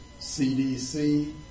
CDC